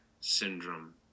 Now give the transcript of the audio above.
Syndrome